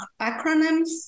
acronyms